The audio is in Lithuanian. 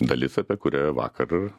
dalis apie kurią vakar